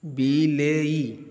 ବିଲେଇ